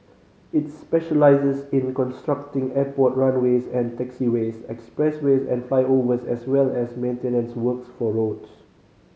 it specialises in constructing airport runways and taxiways expressways and flyovers as well as maintenance works for roads